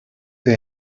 they